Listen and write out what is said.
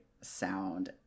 sound